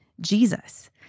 Jesus